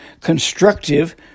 constructive